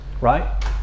Right